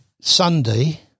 Sunday